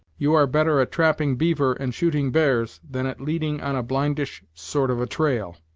you are better at trapping beaver and shooting bears, than at leading on a blindish sort of a trail.